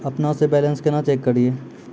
अपनों से बैलेंस केना चेक करियै?